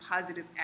positive